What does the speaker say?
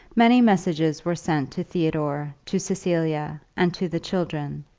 many messages were sent to theodore, to cecilia, and to the children,